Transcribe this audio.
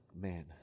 man